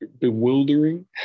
bewildering